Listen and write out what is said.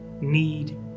need